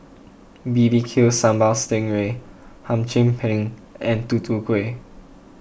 B B Q Sambal Sting Ray Hum Chim Peng and Tutu Kueh